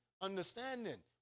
understanding